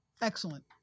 Excellent